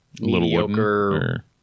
mediocre